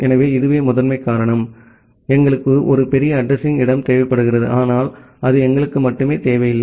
எனவே இதுவே முதன்மைக் காரணம் எங்களுக்கு ஒரு பெரிய அட்ரஸிங் இடம் தேவைப்படுகிறது ஆனால் அது எங்களுக்கு மட்டும் தேவையில்லை